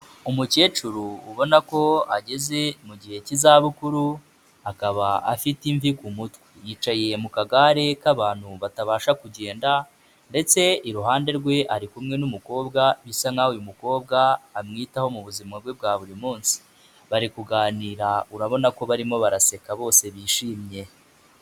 Umukecuru ubona ko ageze mu gihe cy'izabukuru, akaba afite imvi ku mutwe. Yicaye mu kagare k'abantu batabasha kugenda ndetse iruhande rwe ari kumwe n'umukobwa bisa naho uyu mukobwa amwitaho mu buzima bwe bwa buri munsi. Bari kuganira urabona ko barimo baraseka bose bishimye.